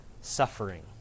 suffering